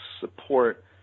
support